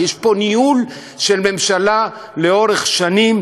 יש פה ניהול של ממשלה לאורך שנים,